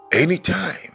anytime